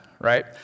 right